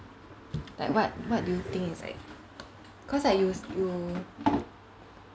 like what what do you think is like cause like you s~ you